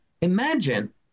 Imagine